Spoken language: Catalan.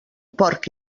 porc